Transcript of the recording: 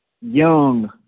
young